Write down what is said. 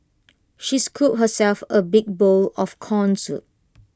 she scooped herself A big bowl of Corn Soup